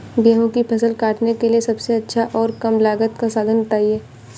गेहूँ की फसल काटने के लिए सबसे अच्छा और कम लागत का साधन बताएं?